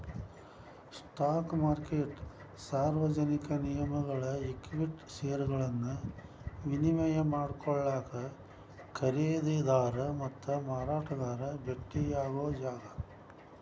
stock ಮಾರುಕಟ್ಟೆ ಸಾರ್ವಜನಿಕ ನಿಗಮಗಳ ಈಕ್ವಿಟಿ ಷೇರುಗಳನ್ನ ವಿನಿಮಯ ಮಾಡಿಕೊಳ್ಳಾಕ ಖರೇದಿದಾರ ಮತ್ತ ಮಾರಾಟಗಾರ ಭೆಟ್ಟಿಯಾಗೊ ಜಾಗ